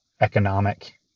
economic